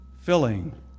filling